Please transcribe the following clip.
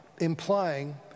Implying